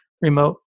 remote